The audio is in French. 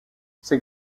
ses